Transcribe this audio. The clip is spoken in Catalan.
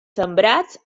sembrats